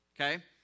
Okay